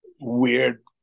weird